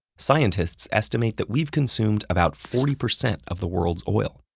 scientists estimate that we've consumed about forty percent of the world's oil.